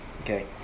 Okay